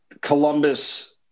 Columbus